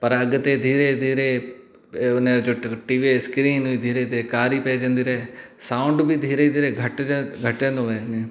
पर अॻिते धीरे धीरे हुन जो टीवी स्क्रीन हुई धीरे धीरे कारी पइजंदी रहे साउंड बि धीरे धीरे घटजो घटिजंदो रहंदे